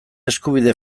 eskubide